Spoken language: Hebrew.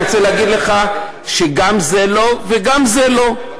אני רוצה להגיד לך שגם זה לא וגם זה לא.